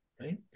right